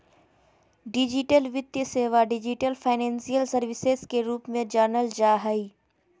digital वित्तीय सेवा, digital financial services के रूप में जानल जा हइ